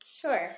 Sure